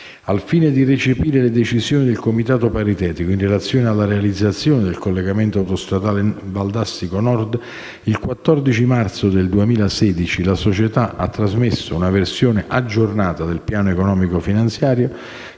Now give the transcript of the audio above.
Al fine di recepire le decisioni del comitato paritetico in relazione alla realizzazione del collegamento autostradale Valdastico Nord, il 14 marzo 2016 la società ha trasmesso una versione aggiornata del piano economico finanziario